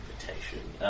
Invitation